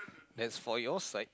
that's for your side